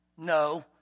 No